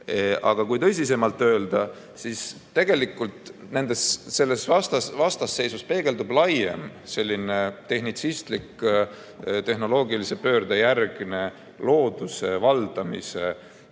kui tõsisemalt öelda, siis tegelikult selles vastasseisus peegeldub selline laiem tehnitsistlik tehnoloogilise pöörde järgne looduse valdamise ideoloogia,